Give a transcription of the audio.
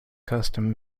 custom